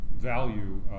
Value